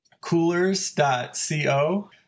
coolers.co